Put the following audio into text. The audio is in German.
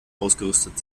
ausgerüstet